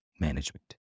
management